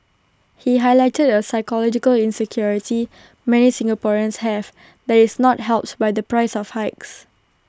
he highlighted A psychological insecurity many Singaporeans have that is not helped by the price of hikes